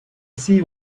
see